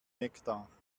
nektar